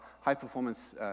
high-performance